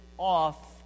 Off